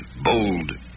bold